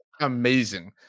amazing